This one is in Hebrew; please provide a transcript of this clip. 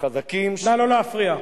חזקים, נא לא להפריע.